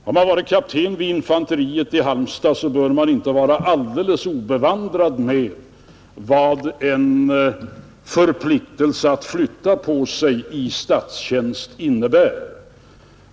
Har man varit kapten vid infanteriet i Halmstad bör man inte vara alldeles obevandrad i vad en förpliktelse att flytta på sig i statstjänst innebär.